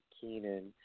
Keenan